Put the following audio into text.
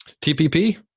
TPP